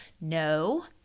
No